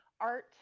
art